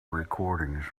recordings